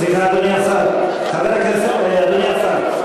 סליחה, אדוני השר, חבר הכנסת, אדוני השר,